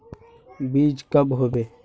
बीज कब होबे?